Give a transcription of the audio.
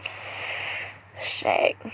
shag